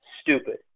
stupid